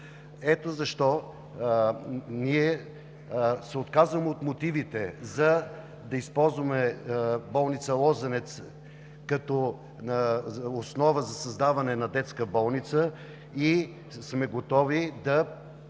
Ето защо, ние се отказваме от мотивите да използваме болница „Лозенец“ като основа за създаване на детска болница и сме готови тя да стане